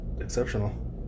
exceptional